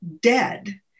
dead